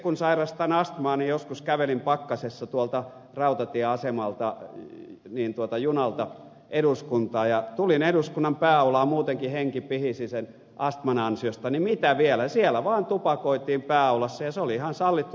kun itse sairastan astmaa ja joskus kävelin pakkasessa tuolta rautatieasemalta junalta eduskuntaan ja tulin eduskunnan pääaulaan ja muutenkin henki pihisi sen astman ansiosta niin mitä vielä siellä vaan tupakoitiin pääaulassa ja se oli ihan sallittua